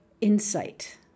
insight